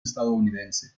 estadounidense